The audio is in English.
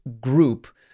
group